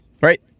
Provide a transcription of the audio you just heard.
right